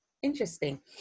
Interesting